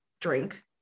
drink